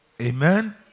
Amen